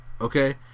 okay